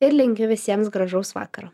ir linkiu visiems gražaus vakaro